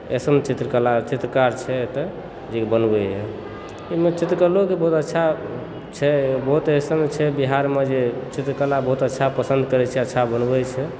एहन चित्रकला चित्रकार छै एतऽ जे बनबैए ओहिमे चित्रकलोके बहुत अच्छा छै बहुत एहन छै बिहारमे जे अच्छा चित्रकला बहुत अच्छा पसन्द करैत छै अच्छा बनबैत छै